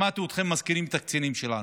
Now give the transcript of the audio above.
שמעתי אתכם מזכירים את הקצינים שלנו,